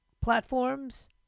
platforms